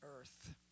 earth